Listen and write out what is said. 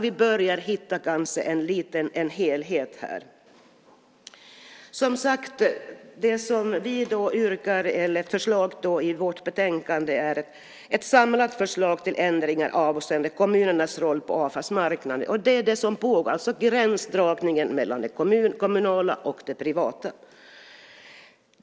Vi börjar kanske hitta en helhet här. Förslaget i vårt betänkande är ett samlat förslag till ändringar avseende kommunernas roll på avfallsmarknaden. Det är det som pågår, alltså gränsdragningen mellan det kommunala och det privata.